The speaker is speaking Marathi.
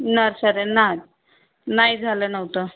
नर्सरी ना नाही झालं नव्हतं